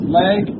leg